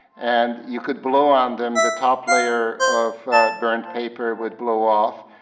and you could blow on them, the top layer of burnt paper would blow off,